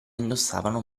indossavano